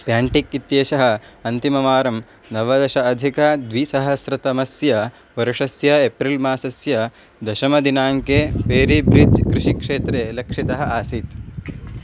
प्याण्टिक् इत्येषः अन्तिमवारं नवदश अधिकद्विसहस्रतमस्य वर्षस्य एप्रिल् मासस्य दशमदिनाङ्के पेरिब्रिज् कृषिक्षेत्रे लक्षितः आसीत्